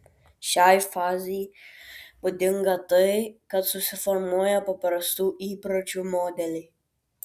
šiai fazei būdinga tai kad susiformuoja paprastų įpročių modeliai